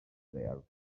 there